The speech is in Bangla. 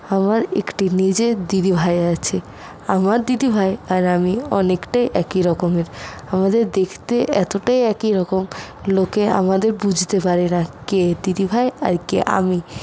আমার একটি নিজের দিদিভাই আছে আমার দিদিভাই আর আমি অনেকটাই একই রকমের আমাদের দেখতে এতটাই একই রকম লোকে আমাদের বুঝতে পারে না কে দিদিভাই আর কে আমি